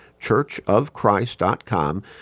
churchofchrist.com